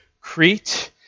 Crete